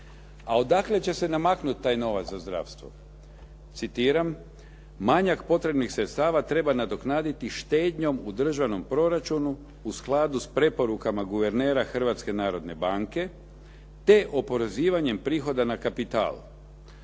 A odakle će se namaknuti taj novac za zdravstvo? Citiram: "Manjak potrebnih sredstava treba nadoknaditi štednjom u državnom proračunu u skladu s preporukama guvernera Hrvatske narodne banke, te oporezivanjem prihoda na kapital."